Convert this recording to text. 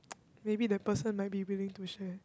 maybe the person might be willing to share